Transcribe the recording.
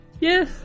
Yes